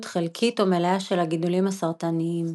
חלקית או מלאה של הגידולים הסרטניים.